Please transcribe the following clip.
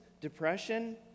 depression